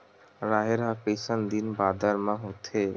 राहेर ह कइसन दिन बादर म होथे?